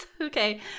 Okay